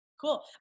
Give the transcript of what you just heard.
Cool